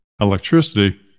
electricity